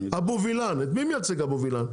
אבו וילן, את מי מייצג אבו וילן?